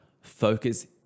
Focus